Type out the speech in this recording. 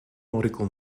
nautical